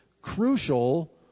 crucial